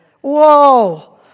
Whoa